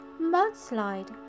mudslide